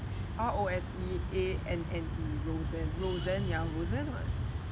R O S E A N N E roseanne roseanne ya roseanne [what]